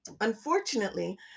Unfortunately